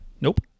Nope